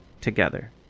together